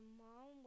mom